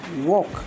walk